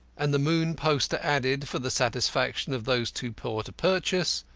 and the moon poster added, for the satisfaction of those too poor to purchase,